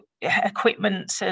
equipment